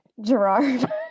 gerard